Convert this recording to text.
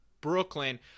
Brooklyn